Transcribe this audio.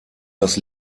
das